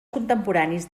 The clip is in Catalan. contemporanis